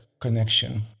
connection